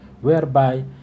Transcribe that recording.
whereby